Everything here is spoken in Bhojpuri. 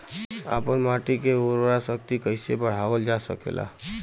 आपन माटी क उर्वरा शक्ति कइसे बढ़ावल जा सकेला?